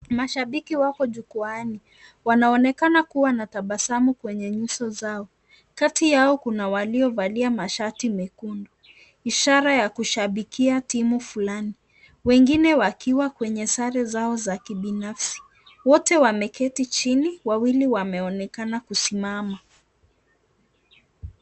Mashabiki wako jukwaani. Wanaonekana kuwa na tabasasmu kwenye nyuso zao. Kati yao kuna waliovalia mashati nyekundu ishara ya klushabikia timu fulani wengine wakiwa kwenye sare zao za kibinafsi. Wote wameketi chini wawili wameonekana kusimama.